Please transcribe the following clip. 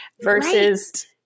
versus